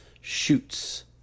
shoots